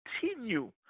continue